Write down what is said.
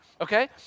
okay